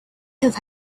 have